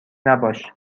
نباش